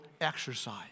exercise